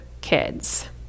kids